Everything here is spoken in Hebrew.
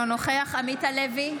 אינו נוכח עמית הלוי,